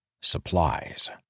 supplies